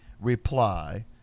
reply